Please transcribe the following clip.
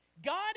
God